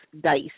dice